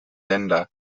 länder